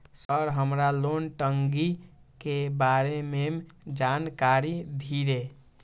Sir हमरा loan टंगी के बारे में जान कारी धीरे?